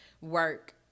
work